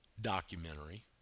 documentary